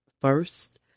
First